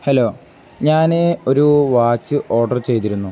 hello ഞാൻ ഒരു watch order ചെയ്തിരുന്നു